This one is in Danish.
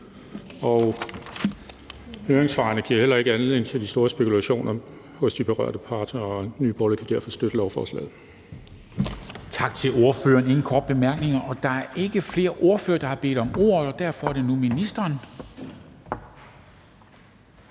og høringssvarene giver heller ikke anledning til de store spekulationer hos de berørte parter, og Nye Borgerlige kan derfor støtte lovforslaget.